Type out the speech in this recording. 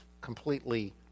completely